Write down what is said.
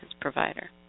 provider